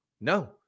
No